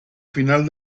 final